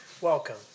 Welcome